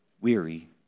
weary